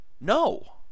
No